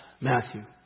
Matthew